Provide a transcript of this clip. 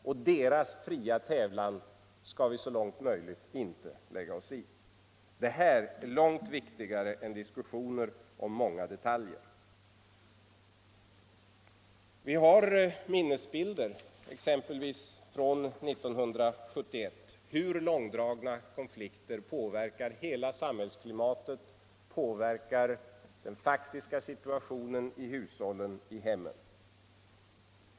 Och deras fria tävlan skall vi så långt möjligt inte lägga oss i. Vi har minnesbilder, exempelvis från 1971, av hur långdragna konflikter påverkar hela samhällsklimatet och den faktiska situationen i hushållen och i hemmen.